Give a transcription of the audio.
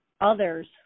others